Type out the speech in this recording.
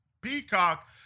Peacock